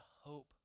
hope